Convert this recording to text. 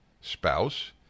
spouse